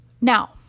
Now